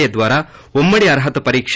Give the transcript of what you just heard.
ఎ ద్వారా ఉమ్మడి అర్హత పరీక